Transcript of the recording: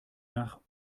nach